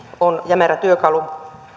on jämerä työkalu